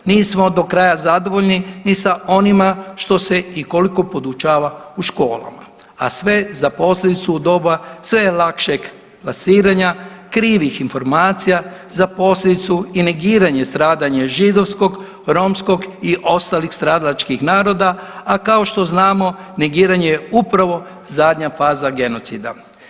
Nismo do kraja zadovoljni ni sa onima što se i koliko podučava u školama, a sve za posljedicu u doba sve lakšeg plasiranja krivih informacija za posljedicu i negiranje stradanja židovskog i romskog i ostalih stradalačkih naroda, a kao što znamo negiranje je upravo zadnja faza genocida.